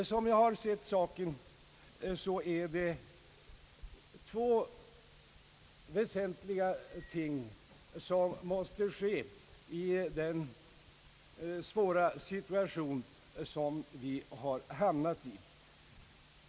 Som jag ser saken är det två väsentliga ting som måste ske i den svåra situation som vi har hamnat i.